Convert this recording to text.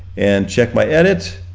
and check my edit.